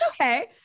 okay